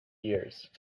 years